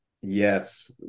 Yes